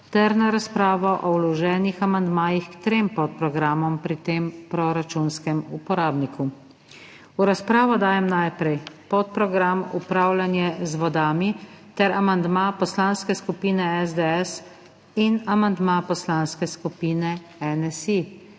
ter na razpravo o vloženih amandmajih k trem podprogramom pri tem proračunskem uporabniku. V razpravo dajem najprej podprogram Upravljanje z vodami ter amandma Poslanske skupine SDS in amandma Poslanske skupine NSi.